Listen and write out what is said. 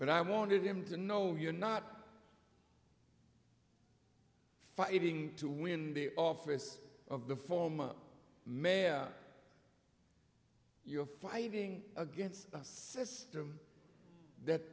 but i wanted him to know you're not fighting to win the office of the former mayor you're fighting against a system that